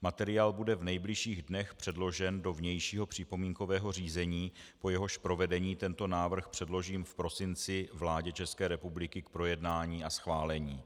Materiál bude v nejbližších dnech předložen do vnějšího připomínkového řízení, po jehož provedení tento návrh předložím v prosinci vládě České republiky k projednání a schválení.